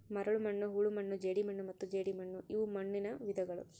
ಮರಳುಮಣ್ಣು ಹೂಳುಮಣ್ಣು ಜೇಡಿಮಣ್ಣು ಮತ್ತು ಜೇಡಿಮಣ್ಣುಇವು ಮಣ್ಣುನ ವಿಧಗಳು